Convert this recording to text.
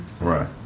Right